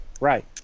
Right